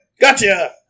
Gotcha